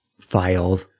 file